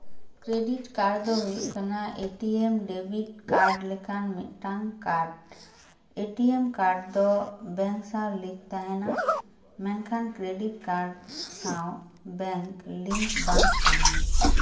credit card ᱫᱚ ᱦᱩᱭᱩᱜ ᱠᱟᱱᱟ ᱮᱴᱤᱮᱢ ᱰᱮᱵᱤᱴ ᱠᱟᱨᱰ ᱞᱮᱠᱟᱱ ᱢᱤᱫᱴᱟᱝ ᱠᱟᱨᱰ ᱮᱴᱤᱮᱢ ᱠᱟᱨᱰ ᱫᱚ ᱵᱮᱝᱠ ᱥᱟᱶ ᱞᱤᱝᱠ ᱛᱟᱦᱮᱱᱟ ᱢᱮᱱᱠᱷᱟᱱ ᱠᱨᱤᱰᱤᱴ ᱠᱟᱨᱰ ᱥᱟᱶ ᱵᱮᱝᱠ ᱞᱤᱝᱠ ᱵᱟᱝ ᱛᱟᱦᱮᱱᱟ